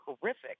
horrific